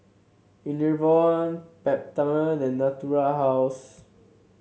Enervon Peptamen and Natura House